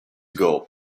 gold